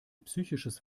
psychisches